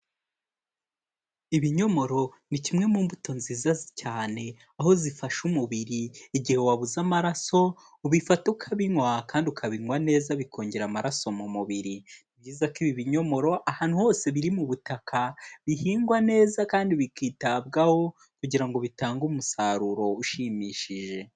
Ibinyomoro ni kimwe mu mbuto nziza cyane, aho zifasha umubiri igihe wabuze amaraso ubifata ukabinywa kandi ukabinywa neza bikongera amaraso mu mubira. Ni byiza ko ibi binyomoro ahantu hose biri mu butaka bihingwa neza kandi bikitabwaho kugira ngo bitange umusaruro ushimishije.